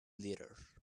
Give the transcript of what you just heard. leader